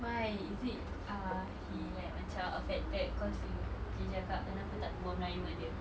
why is it ah he like macam affected cause you you cakap kenapa tak berbual melayu dengan dia